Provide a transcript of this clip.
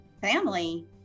family